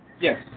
Yes